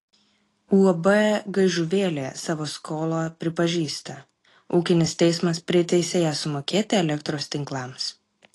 uab gaižuvėlė savo skolą pripažįsta ūkinis teismas priteisė ją sumokėti elektros tinklams